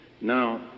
Now